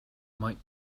might